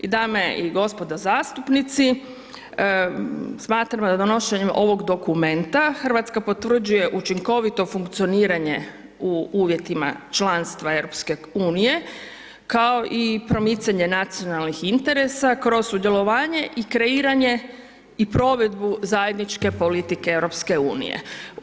Dame i gospodo zastupnici, smatramo da donošenjem ovog dokumenta Hrvatska potvrđuje učinkovito funkcioniranje u uvjetima članstva EU-a kao i promicanje nacionalnih interesa kroz sudjelovanje i kreiranje i provedbi zajedničke politike EU-a.